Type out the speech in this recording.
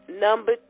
Number